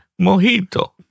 Mojito